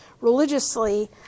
religiously